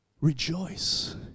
rejoice